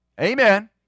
Amen